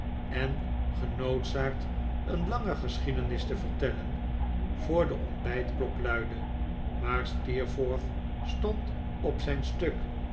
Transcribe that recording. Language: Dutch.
en genoodzaakt een lange geschiedenis te vertellen voor de ontbijtklok luidde maar steerforth stond op zijn stuk